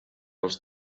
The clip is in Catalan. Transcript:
els